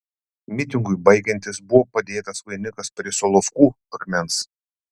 mitingui baigiantis buvo padėtas vainikas prie solovkų akmens